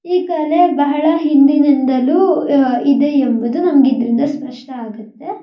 ಈ ಕಲೆ ಬಹಳ ಹಿಂದಿನಿಂದಲೂ ಇದೆ ಎಂಬುದು ನಮ್ಗೆ ಇದರಿಂದ ಸ್ಪಷ್ಟ ಆಗುತ್ತೆ